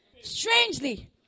Strangely